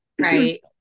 Right